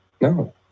No